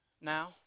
now